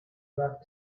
about